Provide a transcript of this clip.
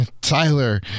Tyler